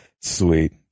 Sweet